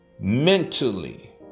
mentally